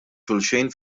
xulxin